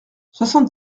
soixante